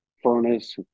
furnace